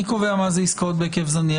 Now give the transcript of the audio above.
מי קובע מה זה עסקאות בהיקף זניח?